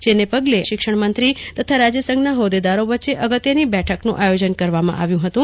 જેને પગલે આજે શિક્ષણ મંત્રી તથા રાજ્યસંઘના હોદ્દિદારો વચ્ચે અગત્યની બેઠકનું આયોજન કરવામાં આવ્યું હતું